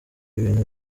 ibintu